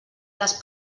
les